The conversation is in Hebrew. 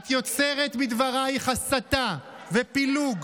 את יוצרת בדברייך הסתה ופילוג.